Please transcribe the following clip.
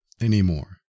anymore